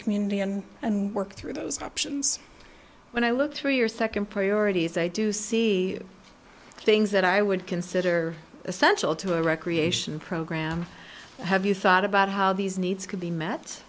community and and work through those options when i look through your second priorities i do see things that i would consider essential to a recreation program have you thought about how these needs could be met